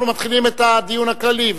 אנחנו מתחילים את הדיון הכללי.